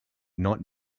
not